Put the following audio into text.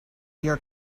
your